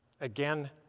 Again